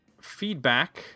feedback